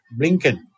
Blinken